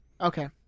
Okay